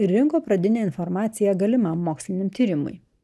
ir rinko pradinę informaciją galimam moksliniam tyrimui